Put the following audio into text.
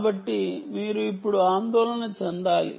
కాబట్టి మీరు ఇప్పుడు ఆందోళన చెందాలి